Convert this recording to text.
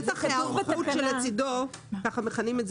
שטח ההיערכות שלצידו ככה מכנים את זה